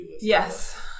Yes